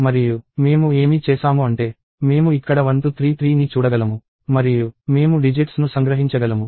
మరియు మేము ఏమి చేసాము అంటే మేము ఇక్కడ 1233ని చూడగలము మరియు మేము డిజిట్స్ ను సంగ్రహించగలము